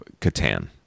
Catan